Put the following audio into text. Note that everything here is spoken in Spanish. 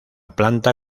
planta